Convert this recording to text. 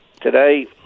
Today